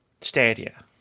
Stadia